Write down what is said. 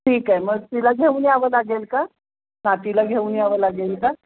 ठीक आहे मग तिला घेऊन यावं लागेल का नातीला घेऊन यावं लागेल का